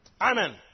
Amen